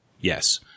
Yes